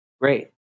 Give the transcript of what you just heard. great